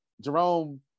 jerome